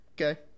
Okay